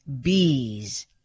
bees